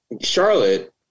Charlotte